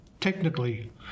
technically